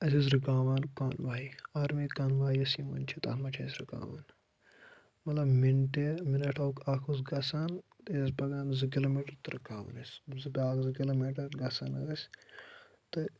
اَسہِ ٲس رُکاوان کانوَے آرمی کانوَے یَس یِوان چھِ تَتھ منٛز چھِ اَسہِ رُکاوان مطلب مِنٹہِ مِنَٹ آ اَکھ اوس گژھان یہِ ٲس پَکان زٕ کِلوٗ میٖٹَر تہٕ رُکاوان ٲسۍ بیٛاکھ زٕ کِلوٗ میٖٹَر گژھان ٲسۍ تہٕ